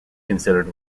considered